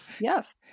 Yes